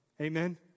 Amen